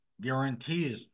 guarantees